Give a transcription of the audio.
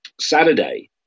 Saturday